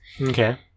Okay